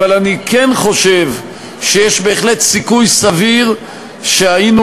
אבל אני כן חושב שיש בהחלט סיכוי סביר שהיינו